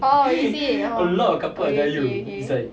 orh is it okay okay